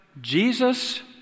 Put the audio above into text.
Jesus